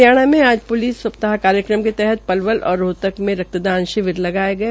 हरियाणा में आज पुलिस सप्ताह कार्यक्रम के तहत पलवल और रोहतक में रक्तदान शिविर लगाये गये